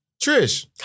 Trish